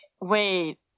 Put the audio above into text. wait